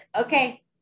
okay